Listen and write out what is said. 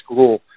school